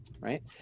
right